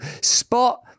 spot